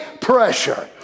Pressure